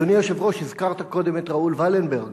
אדוני היושב-ראש, הזכרת קודם את ראול ולנברג.